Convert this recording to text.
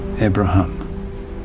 Abraham